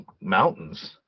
mountains